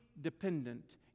dependent